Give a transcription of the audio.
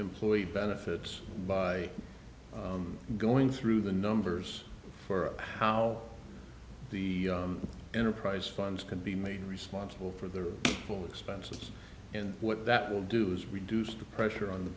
employee benefits by going through the numbers for how the enterprise funds can be made responsible for their own expenses and what that will do is reduce the pressure on the